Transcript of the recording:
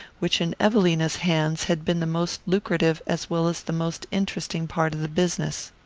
which in evelina's hands had been the most lucrative as well as the most interesting part of the business.